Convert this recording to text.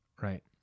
right